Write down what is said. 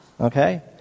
Okay